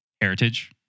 heritage